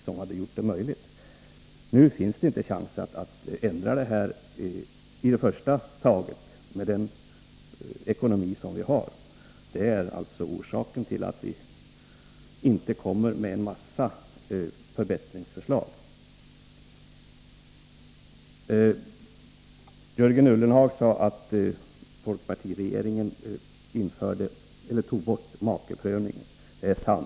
Med nuvarande ekonomiska situation finns det dock inte möjlighet att vidta några förändringar. Det är alltså orsaken till att vi inte framlägger en mängd förslag till förbättringar. Jörgen Ullenhag sade att folkpartiregeringen tog bort äktamakeprövningen, och det är sant.